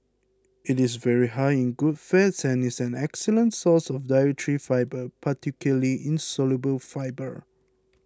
it is very high in good fats and is an excellent source of dietary fibre particularly insoluble fibre